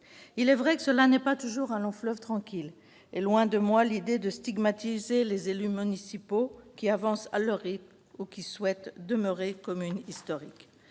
Il est vrai que cela n'est pas toujours un long fleuve tranquille ! Loin de moi l'idée de stigmatiser les élus municipaux qui avancent à leur rythme ou qui souhaitent maintenir leur commune historique.